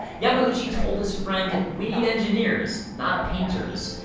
yamauchi told his friend and we need engineers, not painters,